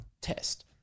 test